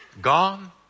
Gone